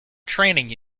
training